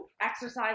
exercise